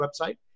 website